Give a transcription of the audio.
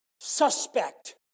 suspect